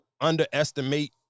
underestimate